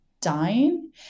dying